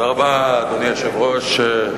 אדוני היושב-ראש,